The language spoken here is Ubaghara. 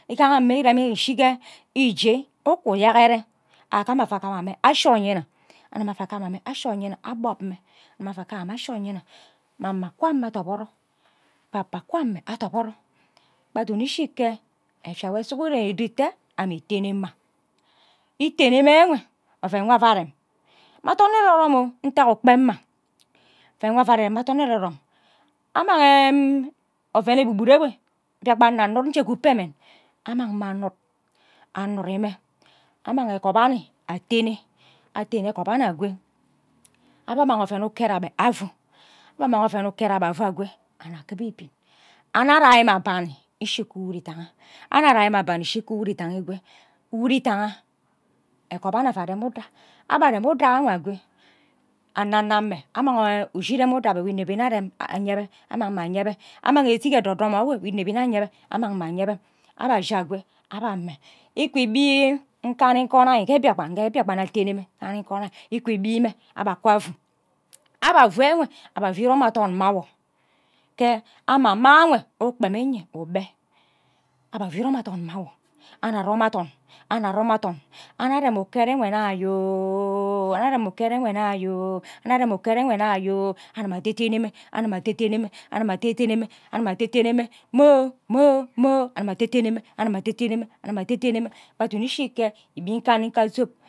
Igaha mme iremn ushi ghe uje ukuye kere anuk mbe mme ava gime ashi onyina agima ava gima mme ashi onyina akpob mme agima ava gima ashi onyine mama kuaman adiboro papa kuamun adiboro kpa daduk ishi ke efia nwo sughuren ido te amme itene mma itene mme ewe oven nwo aka arem mme athon ererom ntak ukpem mma oven nwo ava rem mme athon ererom ammang oven ebubu enwe mbiakpan nna nud ewe ke upe mmen amang mme anud anurime amang egop anim atene atene egop anin akwe abe amang oven uket abe afu abe amang oven uket abe afu agwo annung akiba ibin annung arai mme abani ishi ke uru idangha annung arai mme abani ishi ku urugiangha ewe uruiganghe egop annin ava arem uda abe arem uda ewe akwe anno anno ame amang ghe ushi arem ada mme nwo ineb nne arem anye be annang mme anyebe amang edik ede domo enwe ineb nne anyebe amang mme anye be abe ashi akwo abe ame ikwe gbi nkanika onai ke mbiakpan nghe mbiakpan nna atene mme igbi mme abe kwa afu abe afu enwe abha afu irom athom mma awo ghe amama ayo enwe ukpemi nye ukpe abhe afu irom athon mme awo annuk arom athon anno arom athon annuk arem uket enwe nna annuk arem uket enwe nna anuk arem uket enwe nna anuk arem uket enwe nna agima adede nne meme agima adede nne mme agima adede nne mme agima adede nne mme mo mo mo agima adede nne mme agima adede nne mme agima adede nne mme kpa duduk ishi ken igbi nkanika zob